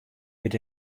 wit